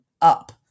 up